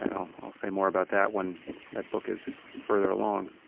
and i'll say more about that when that book is further along.